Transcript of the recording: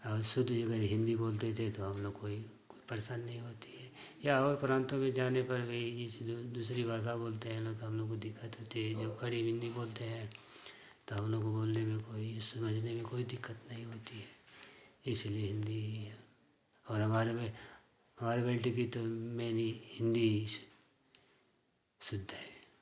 और शुद्ध अगर हिंदी बोलते थे तो हम लोग को कोई परेशानी नहीं होती है या और और प्रांतों में जाने पर भी ये चीज़ दूसरी भाषा बोलते हैं ना तो हम लोग को दिक़्क़त होती है जो खड़ी हिंदी बोलते हैं तो हम लोगों को बोलने में कोई समझने में कोई दिक़्क़त नहीं होती है इसलिए हिंदी ही और हमारे में हमारी बेटी की तो मेन हिन्दी ही सीख शुद्ध है